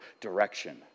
direction